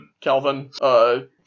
Calvin